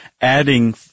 adding